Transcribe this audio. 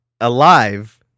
alive